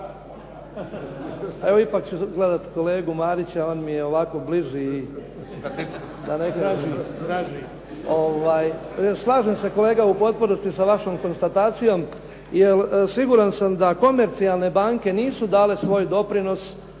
Evo, ipak ću gledati kolegu Marića, on mi je ovako bliži. Slažem se kolega u potpunosti sa vašom konstatacijom jer siguran sam da komercijalne banke nisu dale svoj doprinos